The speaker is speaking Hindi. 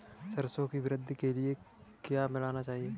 सरसों की वृद्धि के लिए क्या मिलाना चाहिए?